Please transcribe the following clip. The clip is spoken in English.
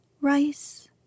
rice